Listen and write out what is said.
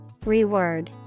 Reword